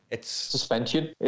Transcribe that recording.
Suspension